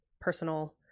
personal